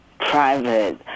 private